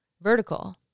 vertical